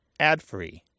adfree